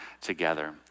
together